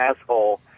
asshole